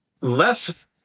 less